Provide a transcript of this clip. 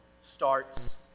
starts